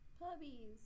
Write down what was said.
puppies